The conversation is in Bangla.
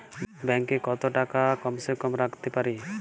ব্যাঙ্ক এ কত টাকা কম সে কম রাখতে পারি?